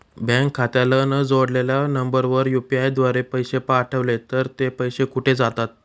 Bank खात्याला न जोडलेल्या नंबरवर यु.पी.आय द्वारे पैसे पाठवले तर ते पैसे कुठे जातात?